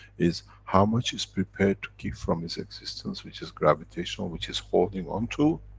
is how much is prepared to give from his existence which is gravitational which is holding on to,